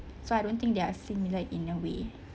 so I don't think they are similar in a way